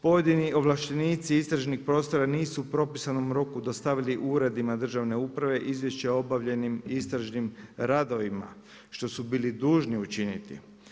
Pojedini ovlaštenici istražnih prostora nisu u propisanom roku dostavili u uredima državne uprave izvješća obavljenim istražnim radovima, što su bili dužni učiniti.